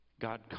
God